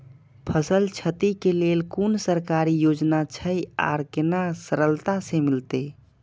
फसल छति के लेल कुन सरकारी योजना छै आर केना सरलता से मिलते?